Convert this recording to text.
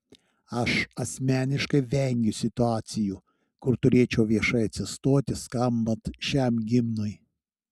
aš asmeniškai vengiu situacijų kur turėčiau viešai atsistoti skambant šiam himnui